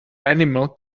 animal